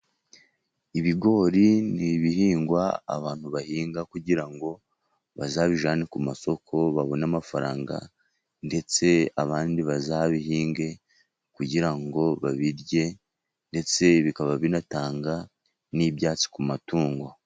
Ibigori ni ibihingwa abantu bahinga kugira ngo bazabijyane ku masoko babone amafaranga, ndetse abandi bazabihinge kugira ngo babirye ndetse bikaba binatanga n'ibyatsi ku matungo.